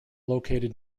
located